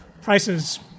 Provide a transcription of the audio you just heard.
Prices